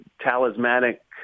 talismanic